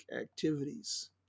activities